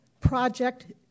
project